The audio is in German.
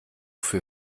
für